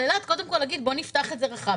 אילת קודם כל להגיד בואו נפתח את זה רחב,